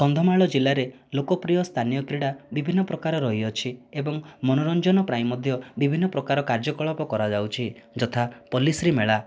କନ୍ଧମାଳ ଜିଲ୍ଲାରେ ଲୋକପ୍ରିୟ ସ୍ଥାନୀୟ କ୍ରୀଡ଼ା ବିଭିନ୍ନ ପ୍ରକାର ରହିଅଛି ଏବଂ ମନୋରଞ୍ଜନ ପ୍ରାଇଁ ମଧ୍ୟ ବିଭିନ୍ନ ପ୍ରକାର କାର୍ଯ୍ୟକଳାପ କରାଯାଉଛି ଯଥା ପଲ୍ଲିଶ୍ରୀ ମେଳା